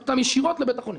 ישירות לבית החולים.